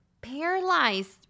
paralyzed